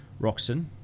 Roxon